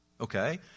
Okay